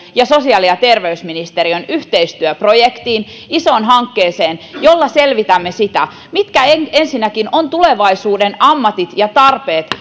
ja sosiaali ja terveysministeriön yhteistyöprojektiin isoon hankkeeseen jolla selvitämme sitä mitkä ensinnäkin ovat tulevaisuuden ammatit ja tarpeet